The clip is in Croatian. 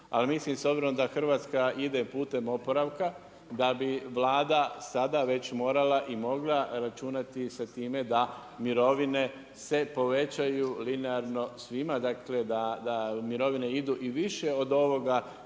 Ali mislim s obzirom da Hrvatska ide putem oporavka da bi Vlada sada već morala i mogla računati sa time da mirovine se povećaju linearno svima. Dakle, da mirovine idu i više od ovoga